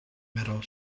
metal